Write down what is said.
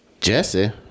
Jesse